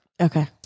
Okay